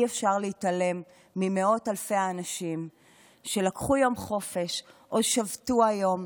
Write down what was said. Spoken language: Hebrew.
אי-אפשר להתעלם ממאות אלפי האנשים שלקחו יום חופש או שבתו היום,